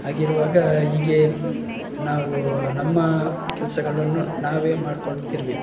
ಹಾಗಿರುವಾಗ ಈಗೆ ನಾವೂ ನಮ್ಮ ಕೆಲಸಗಳನ್ನು ನಾವೇ ಮಾಡ್ಕೊಳ್ತಿರಬೇಕು